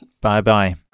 Bye-bye